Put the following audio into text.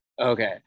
Okay